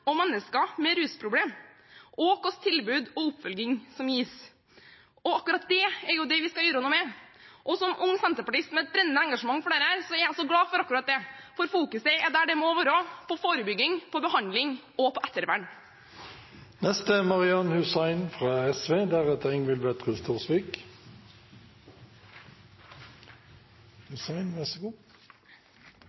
og mennesker med rusproblemer, og hvilket tilbud og oppfølging som gis. Akkurat det er jo det vi skal gjøre noe med. Som ung senterpartist med et brennende engasjement for dette er jeg så glad for akkurat det, for fokuset er der det må være, på forebygging, behandling og ettervern. Å sitte i denne salen og høre på representanter fra